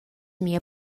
mia